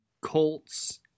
Colts